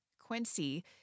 Quincy